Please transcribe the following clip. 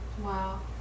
Wow